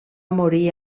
morir